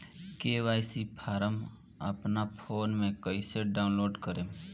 KYC form अपना phone मे कइसे डाऊनलोड करेम?